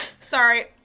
Sorry